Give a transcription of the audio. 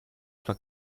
sua